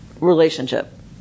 relationship